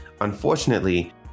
Unfortunately